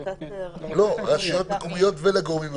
--- לרשויות המקומיות ולגורמים הרלבנטיים,